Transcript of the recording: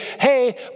hey